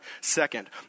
second